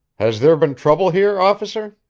has there been trouble here, officer?